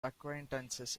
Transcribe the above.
acquaintances